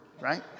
right